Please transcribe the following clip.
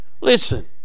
Listen